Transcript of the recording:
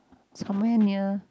somewhere near